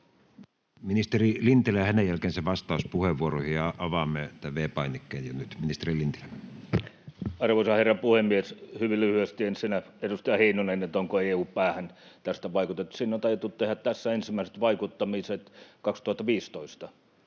Ministeri Lintilä. — Ja hänen jälkeensä menemme vastauspuheenvuoroihin, ja avaamme tämän V-painikkeen jo nyt. — Ministeri Lintilä. Arvoisa herra puhemies! Hyvin lyhyesti: Ensinnä edustaja Heinoselle, että onko EU-päähän tästä vaikutettu: Sinne on taidettu tehdä tässä ensimmäiset vaikuttamiset 2015,